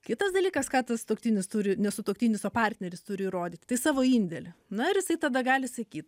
kitas dalykas ką tas sutuoktinis turi ne sutuoktinis o partneris turi įrodyt tai savo indėlį na ir jisai tada gali sakyt